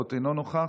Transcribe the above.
אינו נוכח,